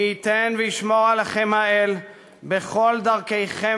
מי ייתן וישמור עליכם האל בכל דרכיכם